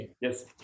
Yes